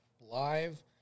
live